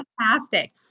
Fantastic